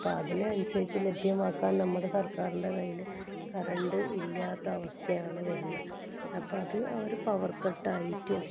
അപ്പം അതിനനുസരിച്ച് ലഭ്യമാക്കാൻ നമ്മുടെ സർക്കാറിൻ്റെ കയ്യിൽ കറണ്ട് ഇല്ലാത്ത അവസ്ഥയാണ് വരുന്നത് അപ്പോൾ അത് അവർ പവർ കട്ടായിട്ടും